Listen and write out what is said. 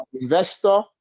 investor